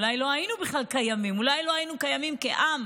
אולי לא היינו קיימים בכלל,